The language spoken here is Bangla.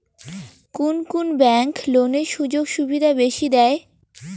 কুন কুন ব্যাংক লোনের সুযোগ সুবিধা বেশি দেয়?